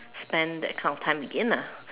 spend that kind of time again ah